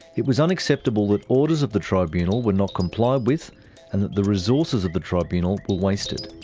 it was unacceptable that orders of the tribunal were not complied with and that the resources of the tribunal were wasted.